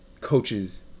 coaches